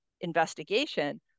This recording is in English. investigation